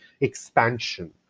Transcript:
expansion